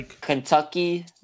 Kentucky